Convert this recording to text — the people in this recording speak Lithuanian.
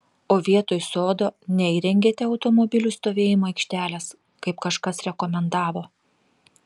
o vietoj sodo neįrengėte automobilių stovėjimo aikštelės kaip kažkas rekomendavo